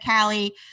Callie